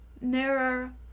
mirror